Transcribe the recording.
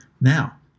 Now